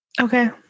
Okay